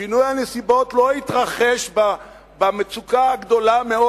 שינוי הנסיבות לא התרחש במצוקה הגדולה מאוד